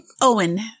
Owen